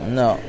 no